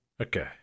Okay